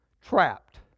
trapped